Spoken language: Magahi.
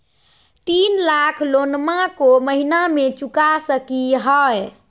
तीन लाख लोनमा को महीना मे चुका सकी हय?